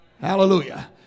hallelujah